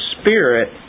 Spirit